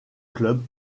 clubs